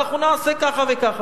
אנחנו נעשה ככה וככה.